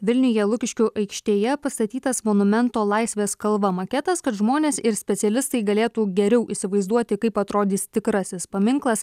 vilniuje lukiškių aikštėje pastatytas monumento laisvės kalva maketas kad žmonės specialistai galėtų geriau įsivaizduoti kaip atrodys tikrasis paminklas